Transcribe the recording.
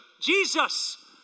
Jesus